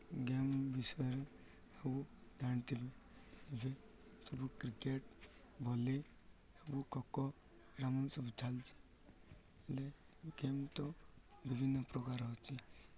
game ବିଷୟରେ ସବୁ ଜାଣିଥିବି ଏବେ ସବୁ କ୍ରିକେଟ୍ ଭଲି ସବୁ ଖୋକୋ ଏଇଟା ମାନେ ସବୁ ଚାଲିଛି ହେଲେ ଗେମ୍ ତ ବିଭିନ୍ନପ୍ରକାର ଅଛି